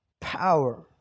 power